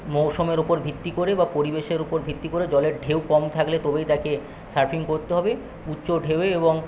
মৌসুমের উপর ভিত্তি করে বা পরিবেশের উপর ভিত্তি করে জলের ঢেউ কম থাকলে তবেই তাকে সার্ফিং করতে হবে উচ্চ ঢেউয়ে এবং